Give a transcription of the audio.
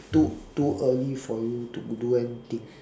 too too early for you to do anything